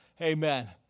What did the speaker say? Amen